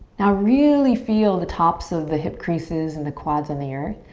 now really feel the tops of the hip creases and the quads on the earth.